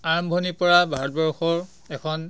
আৰম্ভণিৰ পৰা ভাৰতবৰ্ষৰ এখন